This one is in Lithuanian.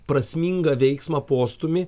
prasmingą veiksmą postūmį